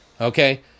Okay